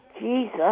Jesus